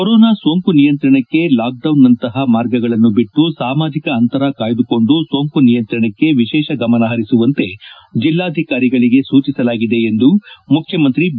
corona ಸೋಂಕು ನಿಯಂತ್ರಣಕ್ಕೆ ಲಾಕ್ಡೌನ್ನಂತಹ ಮಾರ್ಗಗಳನ್ನು ಬಿಟ್ಲು ಸಾಮಾಜಿಕ ಅಂತರ ಕಾಯ್ಲುಕೊಂಡು ಸೋಂಕು ನಿಯಂತ್ರಣಕ್ಕೆ ವಿಶೇಷ ಗಮನ ಹರಿಸುವಂತೆ ಜೆಲ್ಲಾಧಿಕಾರಿಗಳಿಗೆ ಸೂಚಿಸಲಾಗಿದೆ ಮುಖಮಂತಿ ಎಂದು ಬಿ